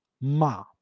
Ma